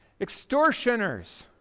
extortioners